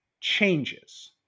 Changes